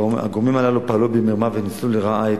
הגורמים הללו פעלו במרמה וניצלו לרעה את